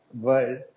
world